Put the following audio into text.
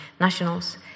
nationals